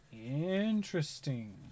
Interesting